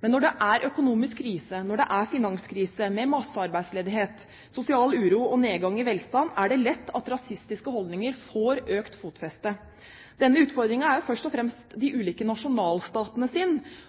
Men når det er økonomisk krise, når det er finanskrise med massearbeidsledighet, sosial uro og nedgang i velstand, er det lett at rasistiske holdninger får økt fotfeste. Denne utfordringen er først og fremst de ulike nasjonalstatenes,